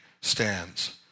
stands